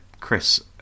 Chris